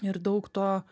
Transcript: ir daug to